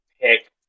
pick